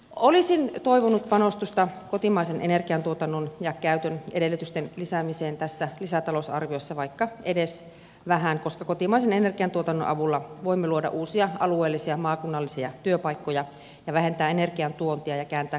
olisin toivonut panostusta kotimaisen energiantuotannon ja käytön edellytysten lisäämiseen tässä lisätalousarviossa vaikka edes vähän koska kotimaisen energiantuotannon avulla voimme luoda uusia alueellisia maakunnallisia työpaikkoja ja vähentää energiantuontia ja kääntää kauppatasetta